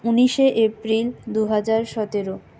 উনিশে এপ্রিল দুহাজার সতেরো